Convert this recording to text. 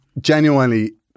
genuinely